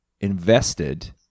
invested